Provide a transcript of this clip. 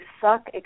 suck